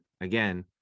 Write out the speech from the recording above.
again